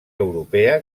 europea